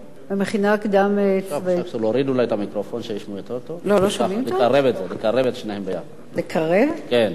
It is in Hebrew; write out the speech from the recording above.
המשמעות של הדבר הזה זה התפטרות בשל לימודים במכינה קדם-צבאית.